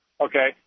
okay